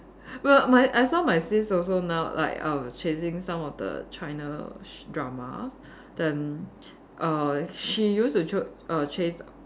m~ my I saw my sis also now like err chasing some of the China sh~ drama then err she used to cho~ err chase